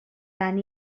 tant